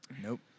Nope